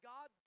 God